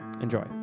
Enjoy